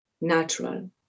natural